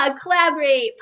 collaborate